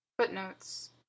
footnotes